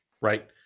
right